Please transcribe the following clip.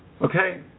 Okay